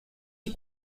die